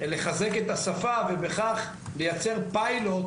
לחזק את השפה ובכך לייצר פיילוט,